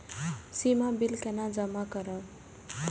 सीमा bill केना जमा करब?